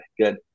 Good